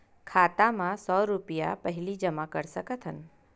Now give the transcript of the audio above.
खाता मा सौ रुपिया पहिली जमा कर सकथन?